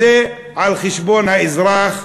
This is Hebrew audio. זה על חשבון האזרח,